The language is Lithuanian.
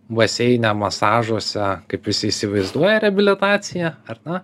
baseine masažuose kaip visi įsivaizduoja reabilitaciją ar ne